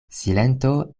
silento